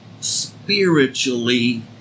spiritually